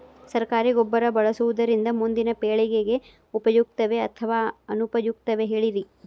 ಸರಕಾರಿ ಗೊಬ್ಬರ ಬಳಸುವುದರಿಂದ ಮುಂದಿನ ಪೇಳಿಗೆಗೆ ಉಪಯುಕ್ತವೇ ಅಥವಾ ಅನುಪಯುಕ್ತವೇ ಹೇಳಿರಿ